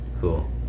Cool